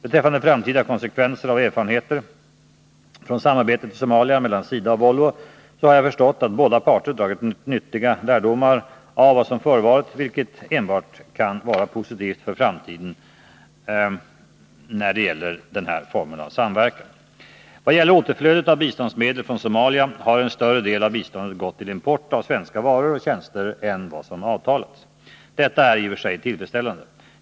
Beträffande framtida konsekvenser av erfarenheter från samarbetet i Somalia mellan SIDA och Volvo har jag förstått att båda parter dragit nyttiga lärdomar av vad som förevarit, vilket enbart kan vara positivt för framtida medverkan av svenska företag i biståndssamarbetet. Vad gäller återflödet av biståndsmedel från Somalia har en större del av biståndet gått till import av svenska varor och tjänster än vad som avtalats. Detta är i och för sig tillfredsställande.